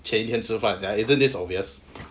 前天吃饭 ya isn't this obvious